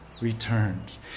returns